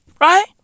Right